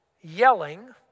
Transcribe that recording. yelling